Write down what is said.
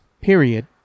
period